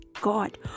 God